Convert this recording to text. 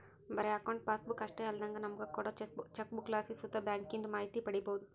ಬರೇ account passbook ಅಷ್ಟೇ ಅಲ್ದಂಗ ನಮುಗ ಕೋಡೋ ಚೆಕ್ಬುಕ್ಲಾಸಿ ಸುತ ಬ್ಯಾಂಕಿಂದು ಮಾಹಿತಿ ಪಡೀಬೋದು